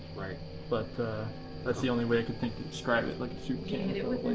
but that's the only way i could think to describe it, like a soup can